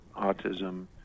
autism